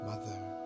mother